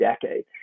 decade